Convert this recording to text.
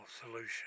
solution